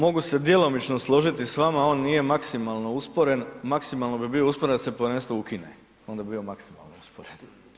Dobro, mogu se djelomično složiti s vama, on nije maksimalno usporen, maksimalno bi bio usporen da se povjerenstvo ukine, onda bi bio maksimalno usporen.